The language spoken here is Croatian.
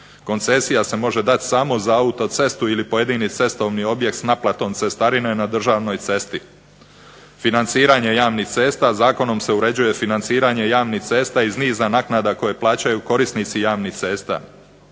Koncesija se može dati samo za autocestu ili za pojedini cestovni objekt s naplatom cestarine na državnoj cesti. Financiranje javnih cesta, zakonom se uređuje financiranje javnih cesta iz niza naknada koje plaćaju korisnici javnih cesta.